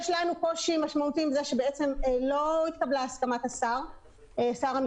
יש לנו קושי משמעותי עם זה שלא התקבלה הסכמת שר המשפטים,